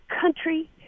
country